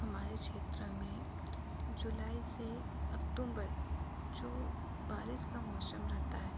हमारे क्षेत्र में जुलाई से अक्तूंबर जो बारिश का मौसम रहता है